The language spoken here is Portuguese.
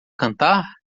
cantar